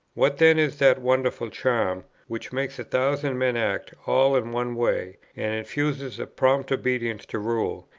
what then is that wonderful charm, which makes a thousand men act all in one way, and infuses a prompt obedience to rule,